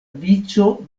vico